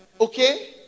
Okay